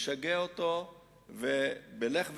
לשגע אותו בלך ושוב,